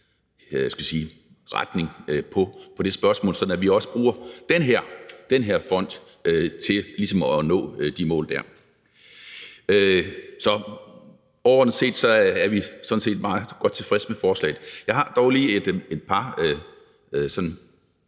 retning i det spørgsmål, sådan at vi også bruger den her fond til ligesom at nå de mål der. Så overordnet set er vi sådan set meget godt tilfreds med forslaget. Jeg har dog lige et par